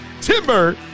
Timber